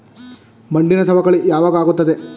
ಮಣ್ಣಿನ ಸವಕಳಿ ಯಾವಾಗ ಆಗುತ್ತದೆ?